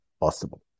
possible